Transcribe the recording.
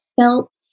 felt